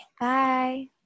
Bye